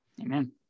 Amen